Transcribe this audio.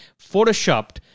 photoshopped